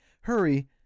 Hurry